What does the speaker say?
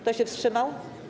Kto się wstrzymał?